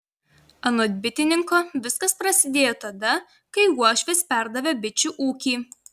anot bitininko viskas prasidėjo tada kai uošvis perdavė bičių ūkį